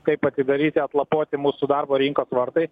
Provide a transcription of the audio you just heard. kaip atidaryti atlapoti mūsų darbo rinkos tvarkai